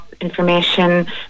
information